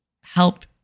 help